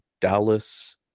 Dallas